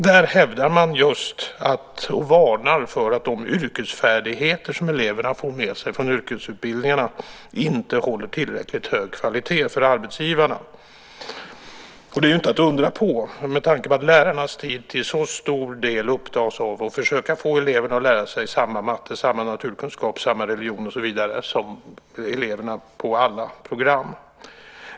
Där hävdar man, och varnar för, att de yrkesfärdigheter som eleverna får med sig från yrkesutbildningarna inte håller tillräckligt hög kvalitet för arbetsgivarna. Det är inte att undra på, med tanke på att lärarnas tid till så stor del upptas av att försöka få eleverna att lära sig samma matte, naturkunskap och religion och så vidare som eleverna på alla programmen.